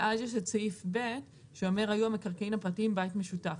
ואז יש את סעיף (ב) שאומר: היו המקרקעין הפרטיים בית משותף.